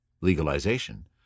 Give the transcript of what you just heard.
legalization